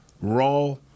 raw